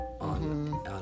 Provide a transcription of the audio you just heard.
on